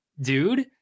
dude